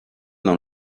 dans